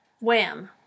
Wham